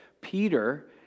Peter